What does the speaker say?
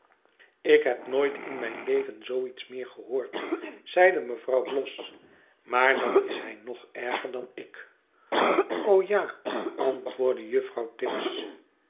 ik heb nooit in mijn leven zoo iets meer gehoord zeide mevrouw bloss maar dan is hij nog erger dan ik ja antwoordde juffrouw tibbs